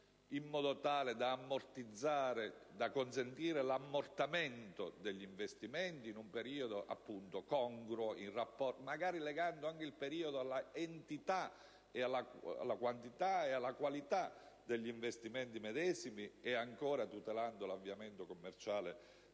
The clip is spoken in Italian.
in modo tale da consentire l'ammortamento degli investimenti in un periodo congruo, magari legando il periodo anche alla quantità e alla qualità degli investimenti medesimi, e ancora tutelando l'avviamento commerciale